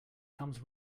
comes